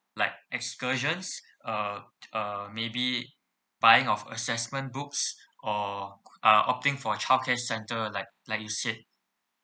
like excursions uh uh maybe buying of assessment books or uh opting for childcare center like like you said